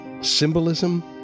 Symbolism